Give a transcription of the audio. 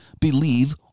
believe